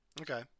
Okay